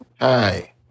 Hi